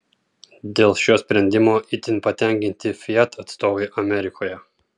dėl šio sprendimo itin patenkinti fiat atstovai amerikoje